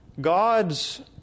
God's